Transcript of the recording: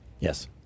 Yes